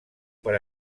per